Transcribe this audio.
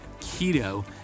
Keto